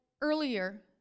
earlier